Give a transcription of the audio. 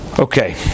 Okay